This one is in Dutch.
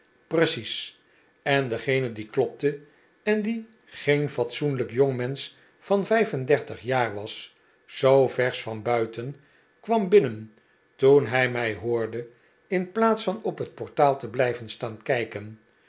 precies en degene die klopte en die geen fatsoenlijk jongmensch van vijf en dertig jaar was zoo versch van buiten kwam binnen toen hij mij hoorde in plaats van op het portaal te blijven staan kijken